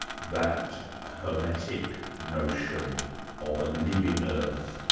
that hermetic notion of a living earth,